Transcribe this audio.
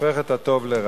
הופך את הטוב לרע.